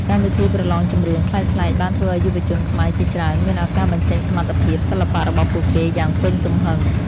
កម្មវិធីប្រឡងចម្រៀងប្លែកៗបានធ្វើឱ្យយុវជនខ្មែរជាច្រើនមានឱកាសបញ្ចេញសមត្ថភាពសិល្បៈរបស់ពួកគេយ៉ាងពេញទំហឹង។